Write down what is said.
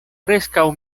preskaŭ